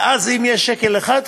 ואם יש שקל אחד,